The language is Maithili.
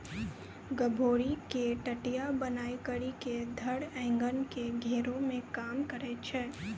गभोरी के टटया बनाय करी के धर एगन के घेरै मे काम करै छै